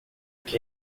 que